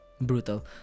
brutal